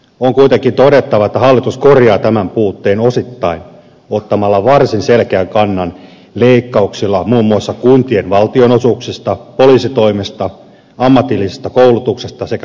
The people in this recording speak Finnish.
on kuitenkin todettava että hallitus korjaa tämän puutteen osittain ottamalla varsin selkeän kannan leikkauksilla muun muassa kuntien valtionosuuksista poliisitoimesta ammatillisesta koulutuksesta sekä lukioverkosta